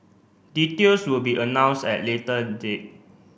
details will be announce at later date